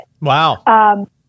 Wow